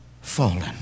fallen